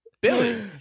billy